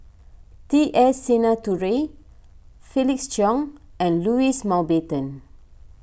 T S Sinnathuray Felix Cheong and Louis Mountbatten